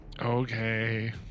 Okay